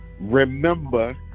remember